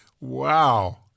Wow